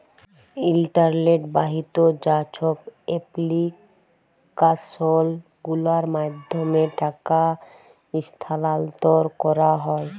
ইলটারলেট বাহিত যা ছব এপ্লিক্যাসল গুলার মাধ্যমে টাকা ইস্থালাল্তর ক্যারা হ্যয়